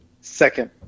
Second